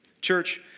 Church